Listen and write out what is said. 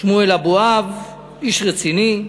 שמואל אבואב, איש רציני,